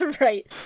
right